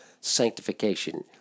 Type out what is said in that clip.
sanctification